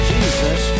Jesus